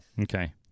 Okay